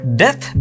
death